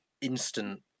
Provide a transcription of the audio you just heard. instant